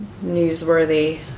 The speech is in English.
newsworthy